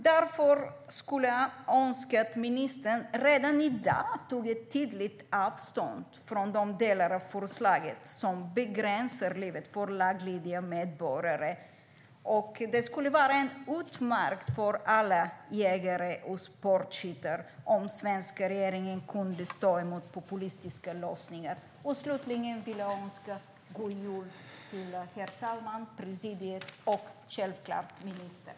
Därför skulle jag önska att ministern redan i dag tog tydligt avstånd från de delar av förslaget som begränsar livet för laglydiga medborgare. Det skulle vara utmärkt för alla jägare och sportskyttar om den svenska regeringen kunde stå emot populistiska lösningar. Slutligen vill jag önska god jul till herr talmannen, presidiet och ministern.